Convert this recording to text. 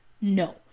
No